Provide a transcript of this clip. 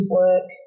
work